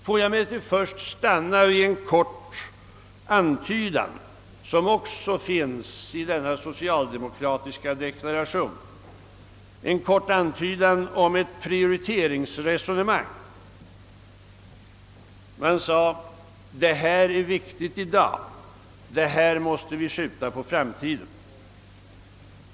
Får jag emellertid först stanna vid en kort antydan, som också finns i denna socialdemokratiska deklaration, om ett prioriteringsresonemang. Man sade: Det här är viktigt i dag, det här måste vi skjuta på framtiden.